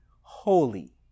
holy